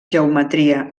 geometria